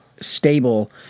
Stable